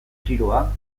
tiroa